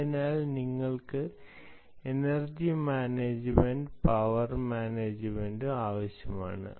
അതിനാൽ നിങ്ങൾക്ക് energy management power മാനേജുമെന്റും ആവശ്യമാണ്